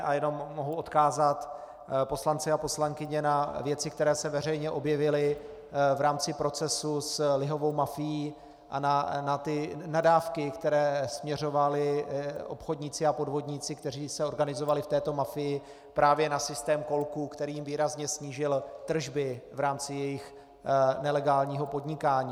A jenom mohu odkázat poslance a poslankyně na věci, které se veřejně objevily v rámci procesu s lihovou mafií, a na ty nadávky, které směřovali obchodníci a podvodníci, kteří se organizovali v této mafii, právě na systém kolků, který výrazně snížil tržby v rámci jejich nelegálního podnikání.